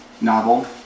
novel